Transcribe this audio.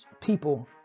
people